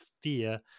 fear